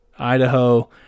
Idaho